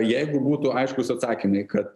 jeigu būtų aiškūs atsakymai kad